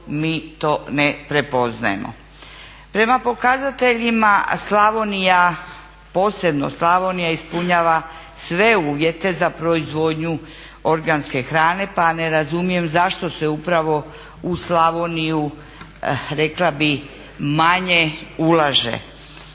mi to ne prepoznajemo. Prema pokazateljima Slavonija, posebno Slavonija ispunjava sve uvjete za proizvodnju organske hrane pa ne razumijem zašto se upravo u Slavoniju rekla bih manje ulaže.